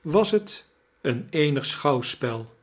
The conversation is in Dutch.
was t een eenig schouwspel